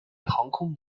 航空母舰